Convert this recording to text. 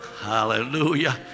Hallelujah